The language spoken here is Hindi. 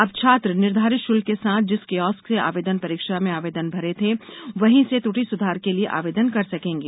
अब छात्र निर्धारित षुल्क के साथ जिस कियोस्क से आवेदन परीक्षा आवेदन भरे थे वहीं से त्रटि सुधार के लिए आवेदन कर सकेंगे